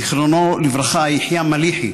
זיכרונו לברכה, יחיא מליחי,